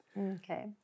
Okay